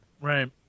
Right